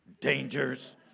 dangers